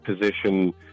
position